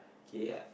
K